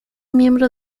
miembro